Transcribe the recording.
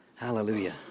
Hallelujah